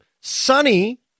sunny